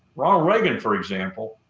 ronald reagan, for example,